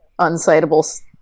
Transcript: unsightable